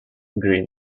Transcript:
green